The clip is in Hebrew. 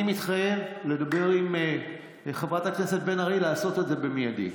אני מתחייב לדבר עם חברת הכנסת בן ארי לעשות את זה במיידי,